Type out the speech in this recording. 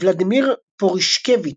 ולדימיר פורישקביץ'